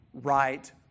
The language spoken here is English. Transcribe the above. right